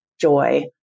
joy